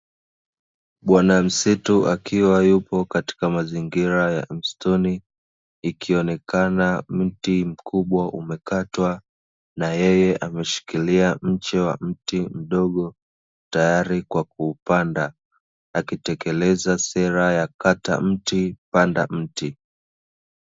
Bwana msitu akiwa yupo katika mazingira ya msituni, ikionekana mti mkubwa umekatwa na yeye ameshikilia mche wa mti mdogo tayari kwa kuupanda, akitekeleza sera ya "Kata mti, Panda mti".